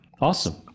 Awesome